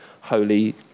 holy